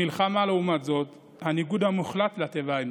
המלחמה, לעומת זאת, הניגוד המוחלט לטבע האנושי.